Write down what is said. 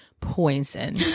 poison